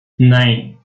nein